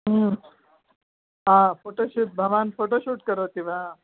photo shoot भवान् photo shoot करोति वा